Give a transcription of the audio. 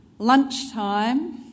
lunchtime